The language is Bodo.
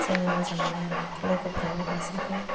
जोङो मोजां मोनो आरो लोगोफ्राबो दासिमबो